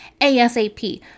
ASAP